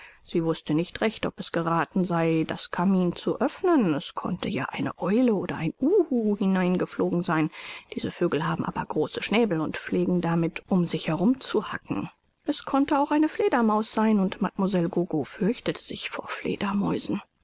sie wußte nicht recht ob es gerathen sei das kamin zu öffnen es konnte ja eine eule oder ein uhu hineingeflogen sein diese vögel haben aber große schnäbel und pflegen damit um sich herum zu hacken es konnte auch eine fledermaus sein und mademoiselle gogo fürchtete sich vor